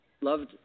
loved